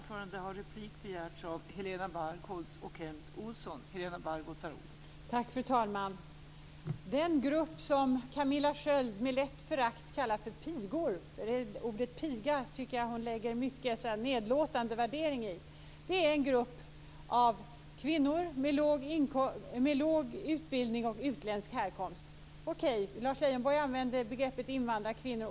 Fru talman! Jag tycker att Camilla Sköld lägger en mycket nedlåtande värdering i ordet piga. Det är en grupp av kvinnor med låg utbildning och av utländsk härkomst. Okej, Lars Leijonborg använde begreppet invandrarkvinnor.